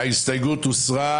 ההסתייגות הוסרה.